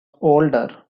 older